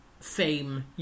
fame